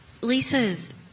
Lisa's